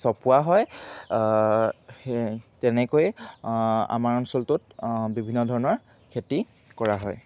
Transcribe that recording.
চপোৱা হয় তেনেকৈ আমাৰ অঞ্চলটোত বিভিন্ন ধৰণৰ খেতি কৰা হয়